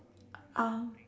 um